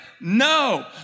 No